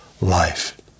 life